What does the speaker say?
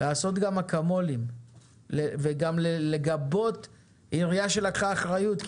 לעשות גם אקמולים וגם לגבות עירייה שלקחה אחריות,